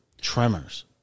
Tremors